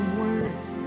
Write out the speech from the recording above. words